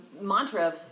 mantra